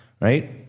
right